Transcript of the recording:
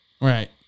Right